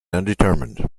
undetermined